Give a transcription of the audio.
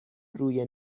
روی